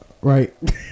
right